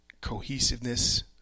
cohesiveness